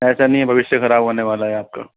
ऐसा नहीं है भविष्य खराब होने वाला है आपका